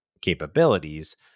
capabilities